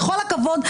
בכל הכבוד,